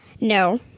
No